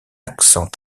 accent